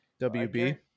WB